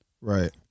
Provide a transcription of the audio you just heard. Right